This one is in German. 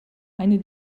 eine